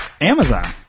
Amazon